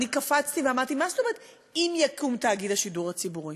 אני שמעתי וקפצתי ואמרתי: מה זאת אומרת אם יקום תאגיד השידור הציבורי?